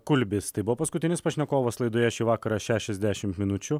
kulbis tai buvo paskutinis pašnekovas laidoje šį vakarą šešiasdešimt minučių